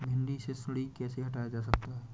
भिंडी से सुंडी कैसे हटाया जा सकता है?